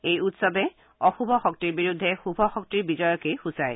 এই উৎসৱে অশুভ শক্তিৰ বিৰুদ্ধে শুভ শক্তিৰ বিজয়কে সূচায়